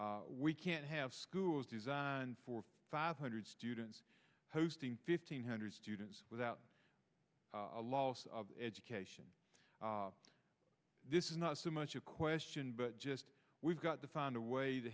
s we can't have schools designed for five hundred students posting fifteen hundred students without a loss of education this is not so much a question but just we've got to find a way to